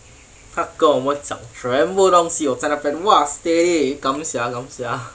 他跟我们讲全部东西我在那边 !wah! steady gam xia gam xia